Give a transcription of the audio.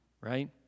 right